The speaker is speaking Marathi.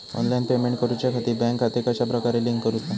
ऑनलाइन पेमेंट करुच्याखाती बँक खाते कश्या प्रकारे लिंक करुचा?